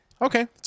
Okay